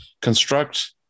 Construct